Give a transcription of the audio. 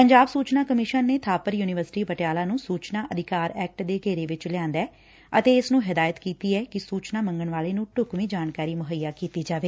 ਪੰਜਾਬ ਸੂਚਨਾ ਕਮਿਸ਼ਨ ਨੇ ਬਾਪਰ ਯੂਨੀਵਰਸਿਟੀ ਪਟਿਆਲਾ ਨੂੰ ਸੂਚਨਾ ਅਧਿਕਾਰ ਐਕਟ ਦੇ ਘੇਰੇ ਵਿਚ ਲਿਆਂਦਾ ਏ ਅਤੇ ਇਸ ਨੂੰ ਹਦਾਇਤ ਕੀਤੀ ਏ ਕਿ ਸੁਚਨਾ ਮੰਗਣ ਵਾਲੇ ਨੂੰ ਢੁਕਵੀ ਜਾਣਕਾਰੀ ਮੁਹੱਈਆ ਕੀਤੀ ਜਾਵੇ